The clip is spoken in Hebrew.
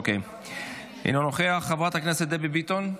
אוקיי, אינו נוכח, חברת הכנסת דבי ביטון,